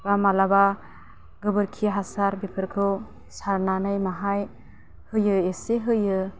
बा मालाबा गोबोरखि हासार बेफोरखौ सारनानै माहाय होयो इसे होयो